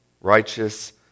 righteous